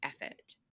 effort